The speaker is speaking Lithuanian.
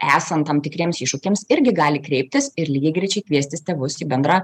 esant tam tikriems iššūkiams irgi gali kreiptis ir lygiagrečiai kviestis tėvus į bendrą